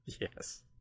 Yes